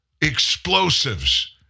explosives